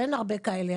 אבל אין הרבה כאלה.